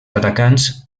atacants